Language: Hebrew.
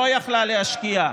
המדינה לא יכלה להשקיע,